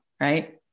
right